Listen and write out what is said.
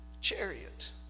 chariot